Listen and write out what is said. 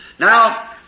Now